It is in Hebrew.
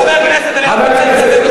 חבר הכנסת חזן,